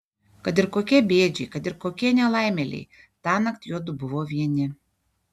kad ir kokie bėdžiai kad ir kokie nelaimėliai tąnakt juodu buvo vieni